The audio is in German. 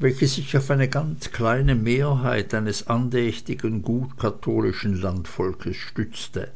welche sich auf eine ganz kleine mehrheit eines andächtigen gut katholischen landvolkes stützte